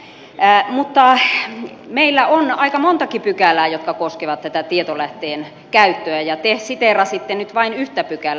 mutta meillä on aika montakin pykälää jotka koskevat tätä tietolähteen käyttöä ja te siteerasitte nyt vain yhtä pykälää